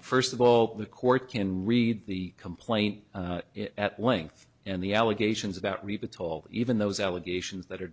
first of all the court can read the complaint at length and the allegations about rebuttal even those allegations that are